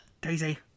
Daisy